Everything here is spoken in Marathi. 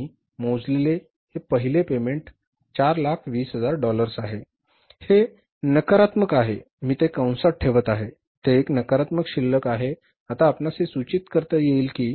आम्ही मोजलेले हे पहिले पेमेंट 420000 डॉलर्स आहे हे नकारात्मक आहे मी ते कंसात ठेवत आहे ते एक नकारात्मक शिल्लक आहे आता आपणास हे सूचित करता येईल की